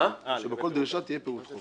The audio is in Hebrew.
שבכל דרישה יהיה פירוט החוב.